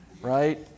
right